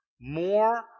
more